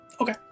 okay